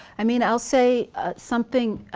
i mean i'll say something,